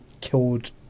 killed